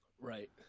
Right